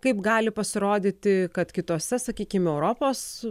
kaip gali pasirodyti kad kitose sakykime europos